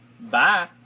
Bye